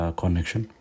connection